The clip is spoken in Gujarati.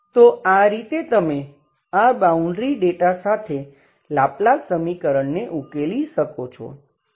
તો આ રીતે તમે આ બાઉન્ડ્રી ડેટા સાથે લાપ્લાસ સમીકરણને ઉકેલી શકો છો